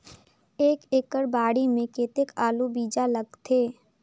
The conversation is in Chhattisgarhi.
एक एकड़ बाड़ी मे कतेक आलू बीजा लगथे?